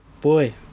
boy